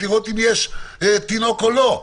לראות אם יש תינוק או לא.